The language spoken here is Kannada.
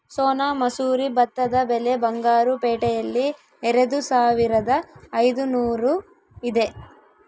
ಸೋನಾ ಮಸೂರಿ ಭತ್ತದ ಬೆಲೆ ಬಂಗಾರು ಪೇಟೆಯಲ್ಲಿ ಎರೆದುಸಾವಿರದ ಐದುನೂರು ಇದೆ